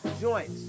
joints